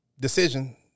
decision